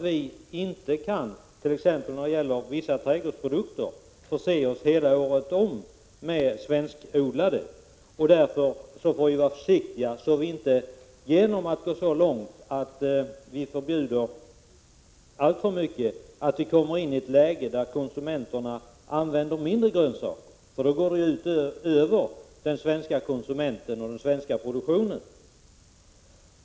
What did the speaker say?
Vi kan t.ex. inte förse oss med svenskodlade trädgårdsprodukter året runt. Därför får vi vara försiktiga och inte gå alltför långt med förbuden, så att vi kommer i ett läge då konsumenterna använder mindre grönsaker, eftersom detta skulle gå ut över de svenska konsumenterna och den svenska produktionen.